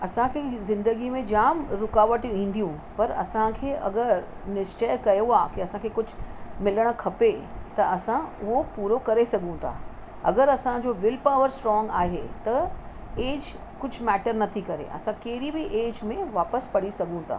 असांखे ज़िंदगी में जाम रुकावट ईंदियूं पर असांखे अगरि निश्चय कयो आहे के असांखे कुझु मिलणु खपे त असां उहो पूरो करे सघूं था अगरि असांजो विल पावर स्ट्रॉंग आहे त एज कुझु मेटर नथी करे असां कहिड़ी बि एज में वापसि पढ़ी सघूं था